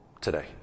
today